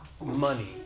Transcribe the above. money